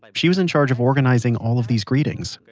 like she was in charge of organizing all of these greetings.